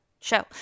show